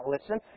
listen